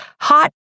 hot